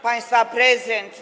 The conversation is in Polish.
Państwa prezent.